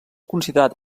considerat